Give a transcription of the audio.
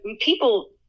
people